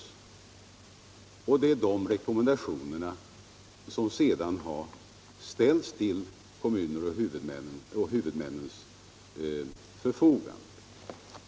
Dessa har legat bakom de rekommendationer som sedan har ställts till kommunernas och sjukvårdshuvudmännens förfogande.